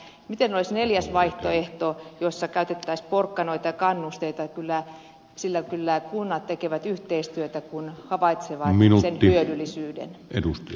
miten olisi neljäs vaihtoehto jossa käytettäisiin porkkanoita ja kannusteita sillä kyllä kunnat tekevät yhteistyötä kun havaitsevat sen hyödyllisyyden